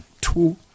Two